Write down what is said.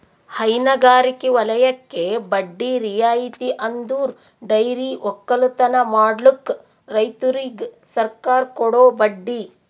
ಹೈನಗಾರಿಕೆ ವಲಯಕ್ಕೆ ಬಡ್ಡಿ ರಿಯಾಯಿತಿ ಅಂದುರ್ ಡೈರಿ ಒಕ್ಕಲತನ ಮಾಡ್ಲುಕ್ ರೈತುರಿಗ್ ಸರ್ಕಾರ ಕೊಡೋ ಬಡ್ಡಿ